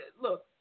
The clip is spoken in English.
look